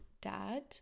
dad